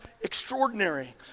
extraordinary